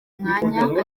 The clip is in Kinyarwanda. umwanya